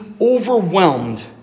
overwhelmed